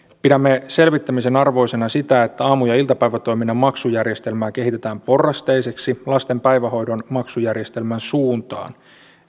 pidämme selvittämisen arvoisena sitä että aamu ja iltapäivätoiminnan maksujärjestelmää kehitetään porrasteiseksi lasten päivähoidon maksujärjestelmän suuntaan